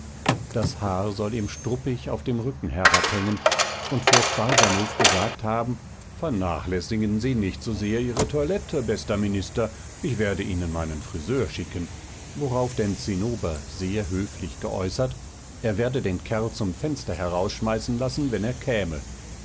das haar soll ihm struppig auf dem rücken herabhängen und fürst barsanuph gesagt haben vernachlässigen sie nicht so sehr ihre toilette bester minister ich werde ihnen meinen friseur schicken worauf denn zinnober sehr höflich geäußert er werde den kerl zum fenster herausschmeißen lassen wenn er käme